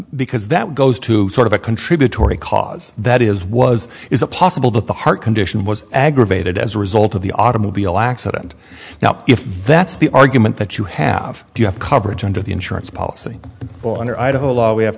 because that goes to sort of a contributory cause that is was is a possible that the heart condition was aggravated as a result of the automobile accident now if that's the argument that you have do you have coverage under the insurance policy or under idaho law we have